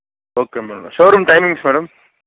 okay madam showroom timings madam